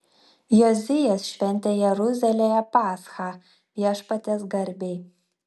jozijas šventė jeruzalėje paschą viešpaties garbei